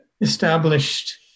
established